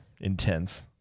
intense